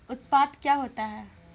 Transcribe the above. उत्पाद क्या होता है?